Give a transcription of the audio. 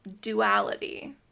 duality